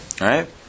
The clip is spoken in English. Right